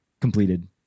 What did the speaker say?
completed